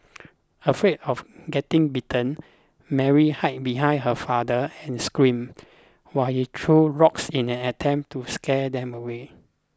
afraid of getting bitten Mary hide behind her father and screamed while he threw rocks in an attempt to scare them away